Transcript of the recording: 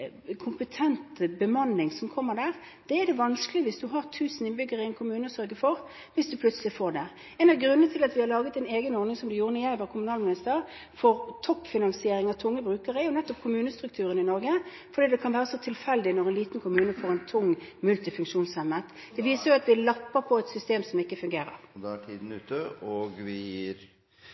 bemanning. Hvis du har 1 000 innbyggere i en kommune, er det vanskelig å sørge for det – hvis du plutselig får det. En av grunnene til at vi har laget en egen ordning for toppfinansiering av tunge brukere, som vi gjorde da jeg var kommunalminister, er jo nettopp kommunestrukturen i Norge, fordi det kan være så tilfeldig når en liten kommune får en tungt multifunksjonshemmet. Det viser jo at vi lapper på et system som ikke fungerer. Geir Pollestad – til oppfølgingsspørsmål Vi